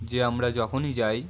যে আমরা যখনই যাই